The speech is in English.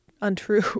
untrue